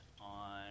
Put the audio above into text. on